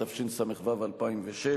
התשס"ו 2006: